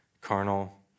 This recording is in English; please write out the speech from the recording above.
carnal